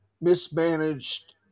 mismanaged